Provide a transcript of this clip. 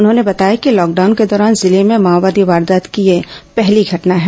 उन्होंने बताया कि लॉकडाउन के दौरान जिले में माओवादी वारदात की यह पहली घटना है